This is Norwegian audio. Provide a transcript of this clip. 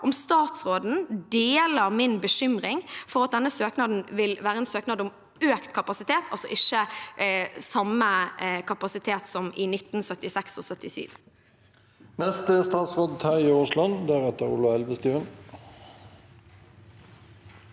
om statsråden deler min bekymring for at denne søknaden vil være en søknad om økt kapasitet, altså ikke samme kapasitet som i 1976 og 1977. Statsråd Terje Aasland Aller